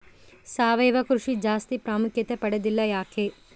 ಸಾವಯವ ಕೃಷಿ ಜಾಸ್ತಿ ಪ್ರಾಮುಖ್ಯತೆ ಪಡೆದಿಲ್ಲ ಯಾಕೆ?